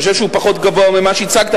אני חושב שהוא פחות גבוה ממה שהצגת,